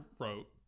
wrote